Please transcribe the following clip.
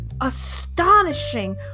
astonishing